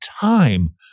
time